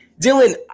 Dylan